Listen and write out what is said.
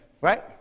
Right